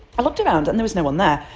i looked around and there was no one there.